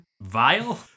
vile